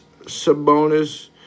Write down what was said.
Sabonis